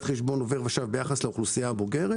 חשבון עובר ושב ביחס לאוכלוסייה הבוגרת.